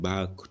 Back